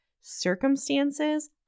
circumstances